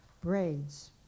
Braids